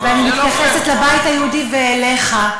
ואני מתייחסת לבית היהודי ואליך,